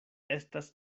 estas